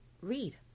read